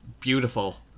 beautiful